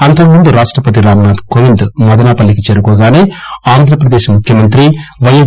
అంతకుముందు రాష్టపతి రాంనాధ్ కోవింద్ మదనపల్లెకు చేరుకోగానే ఆంధ్రప్రదేశ్ ముఖ్యమంత్రి వైఎస్